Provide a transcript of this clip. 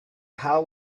how